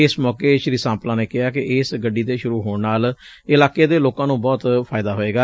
ਇਸ ਮੌਕੇ ਸ੍ਰੀ ਸਾਂਪਲਾ ਨੇ ਕਿਹਾ ਕੇ ਇਸ ਗੱਡੀ ਦੇ ਸ਼ੁਰੂ ਹੋਣ ਨਾਲ ਇਲਾਕੇ ਦੇ ਲੋਕਾਂ ਨੂੰ ਬਹੁਤ ਫਾਇਦਾ ਹੋਵੇਗਾ